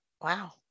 wow